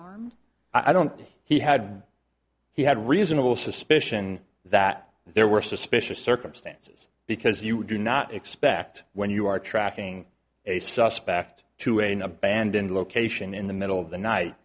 armed i don't know he had he had reasonable suspicion that there were suspicious circumstance because you do not expect when you are tracking a suspect to wayne abandoned location in the middle of the night